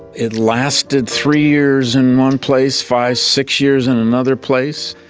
it lasted three years in one place, five, six years in another place,